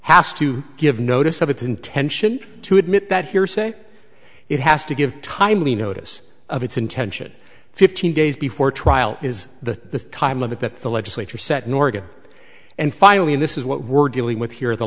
has to give notice of its intention to admit that hearsay it has to give timely notice of its intention fifteen days before trial is the time limit that the legislature set in oregon and finally this is what we're dealing with here the